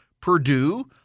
Purdue